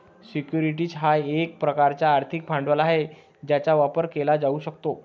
securities हा एक प्रकारचा आर्थिक भांडवल आहे ज्याचा व्यापार केला जाऊ शकतो